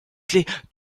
clef